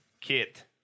Kit